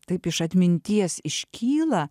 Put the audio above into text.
taip iš atminties iškyla